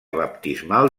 baptismal